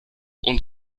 und